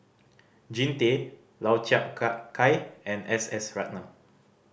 Jean Tay Lau Chiap Khai and S S Ratnam